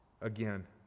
again